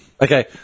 Okay